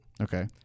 Okay